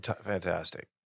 Fantastic